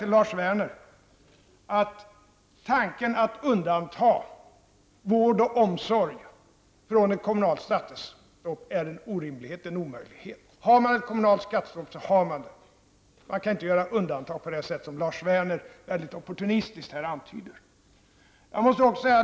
Till Lars Werner vill jag säga, att tanken på att undanta vård och omsorg från det kommunala skattestoppet är orimlig och omöjlig. Har man ett kommunalt skattestopp, så har man det. Det går inte att göra undantag på det sätt som Lars Werner opportunistiskt antyder.